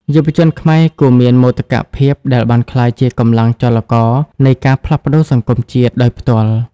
យុវជនខ្មែរគួរមានមោទកភាពដែលបានក្លាយជា "កម្លាំងចលករ" នៃការផ្លាស់ប្តូរសង្គមជាតិដោយផ្ទាល់។